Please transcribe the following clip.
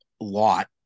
lot